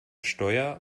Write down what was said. steuer